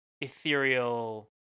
ethereal